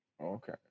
Okay